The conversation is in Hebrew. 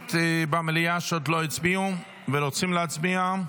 כנסת במליאה שעוד לא הצביעו ורוצים להצביע?